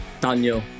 Daniel